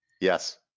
Yes